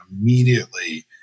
immediately